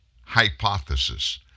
hypothesis